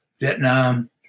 Vietnam